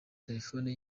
telefone